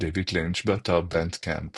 דייוויד לינץ', באתר בנדקמפ